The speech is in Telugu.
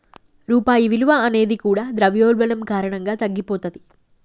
రూపాయి విలువ అనేది కూడా ద్రవ్యోల్బణం కారణంగా తగ్గిపోతది